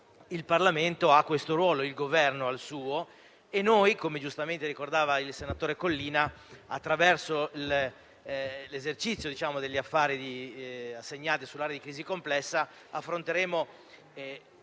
il Parlamento ha questo ruolo, il Governo ha il suo e noi, come giustamente ricordava il senatore Collina, attraverso l'esercizio degli affari assegnati sull'area di crisi complessa, nelle